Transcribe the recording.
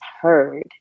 heard